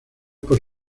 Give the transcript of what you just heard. por